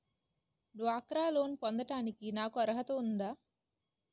డ్వాక్రా లోన్ పొందటానికి నాకు అర్హత ఉందా?